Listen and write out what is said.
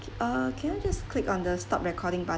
uh can you just click on the stop recording button